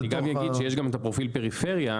אני גם אגיד שיש פרופיל פריפריה,